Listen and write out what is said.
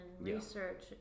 research